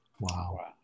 Wow